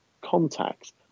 contacts